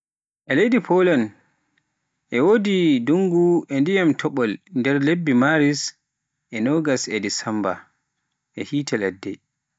E leydi Poland e wodi ndungu e dyiman topol e nder lebbe Maris e nogas e Desemba e yiite ladde.